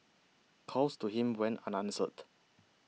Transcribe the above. calls to him went are answered